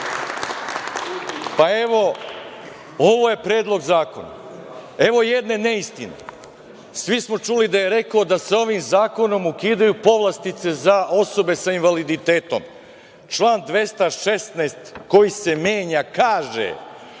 Evo, ovo je predlog zakona. Evo, jedne neistine. Svi smo čuli da je rekao da se ovim zakonom ukidaju povlastice za osobe sa invaliditetom, član 216. koji se menja kaže